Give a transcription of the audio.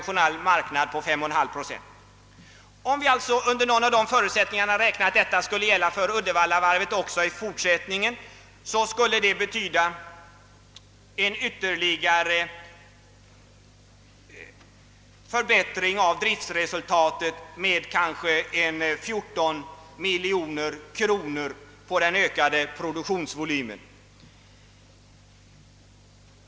Det skulle för Uddevallavarvet kunna betyda en ytterligare förbättring av driftsresultatet med kanske cirka 14 miljoner kronor vid ökad produktionsvolym.